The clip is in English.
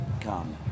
come